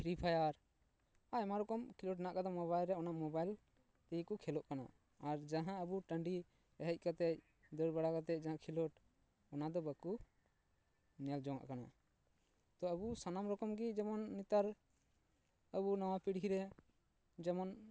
free fire ᱟᱭᱢᱟ ᱨᱚᱠᱚᱢ ᱠᱷᱮᱞᱳᱰ ᱦᱮᱱᱟᱜ ᱟᱠᱟᱫᱟ ᱢᱳᱵᱟᱭᱤᱞ ᱨᱮ ᱚᱱᱟ ᱢᱳᱵᱟᱭᱤᱞ ᱛᱮᱜᱮ ᱠᱚ ᱠᱷᱮᱞᱳᱜ ᱠᱟᱱᱟ ᱟᱨ ᱡᱟᱦᱟᱸ ᱟᱵᱚ ᱴᱟᱺᱰᱤ ᱦᱮᱡ ᱠᱟᱛᱮᱫ ᱫᱟᱹᱲ ᱵᱟᱲᱟ ᱠᱟᱛᱮ ᱡᱟᱦᱟᱸ ᱠᱷᱮᱞᱳᱰ ᱚᱱᱟ ᱫᱚ ᱵᱟᱹᱠᱚ ᱧᱮᱞ ᱡᱚᱝᱟᱜ ᱠᱟᱱᱟ ᱟᱵᱚ ᱥᱟᱱᱟᱢ ᱨᱚᱠᱚᱢ ᱜᱮ ᱡᱮᱢᱚᱱ ᱱᱮᱛᱟᱨ ᱟᱵᱚ ᱱᱟᱣᱟ ᱯᱤᱲᱦᱤ ᱨᱮ ᱡᱮᱢᱚᱱ